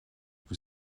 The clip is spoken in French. vous